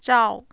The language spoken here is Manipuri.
ꯆꯥꯎ